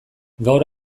gaur